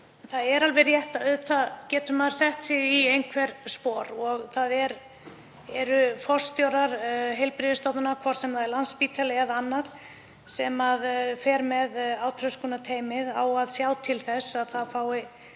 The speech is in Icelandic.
Það er alveg rétt að auðvitað getur maður sett sig í einhver spor og það eru forstjórar heilbrigðisstofnana, hvort sem það er Landspítali eða annar sem fer með átröskunarteymið, sem eiga að sjá til þess að það fái